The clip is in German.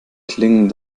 klingen